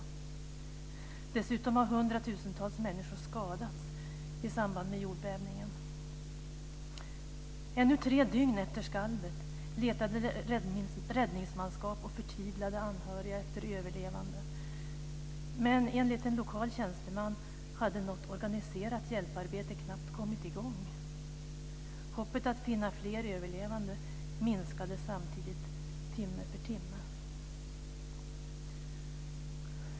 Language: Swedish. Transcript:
Dessutom har hundratusentals människor skadats i samband med jordbävningen. Ännu tre dygn efter skalvet letade räddningsmanskap och förtvivlade anhöriga efter överlevande. Men enligt en lokal tjänsteman hade något organiserat hjälparbete knappt kommit i gång. Hoppet om att hitta fler överlevande minskade samtidigt timme för timme.